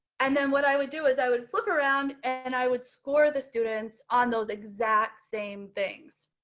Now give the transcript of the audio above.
and then what i would do is i would flip around and i would score the students on those exact same things.